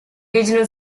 regional